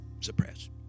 Suppress